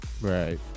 Right